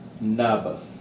Naba